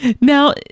Now